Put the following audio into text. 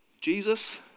Jesus